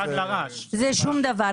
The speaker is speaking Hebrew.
זה שום דבר,